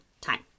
time